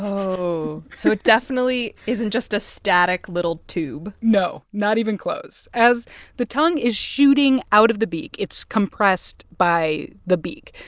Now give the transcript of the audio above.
whoa. so it definitely isn't just a static little tube no, not even close. as the tongue is shooting out of the beak, it's compressed by the beak.